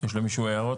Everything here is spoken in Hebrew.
יש למישהו הערות?